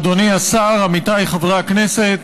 אדוני השר, עמיתיי חברי הכנסת,